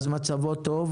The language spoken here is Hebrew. מצבו טוב,